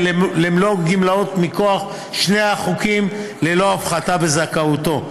למלוא הגמלאות מכוח שני החוקים ללא הפחתה בזכאותו.